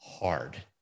hard